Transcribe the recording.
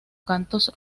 cantos